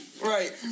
Right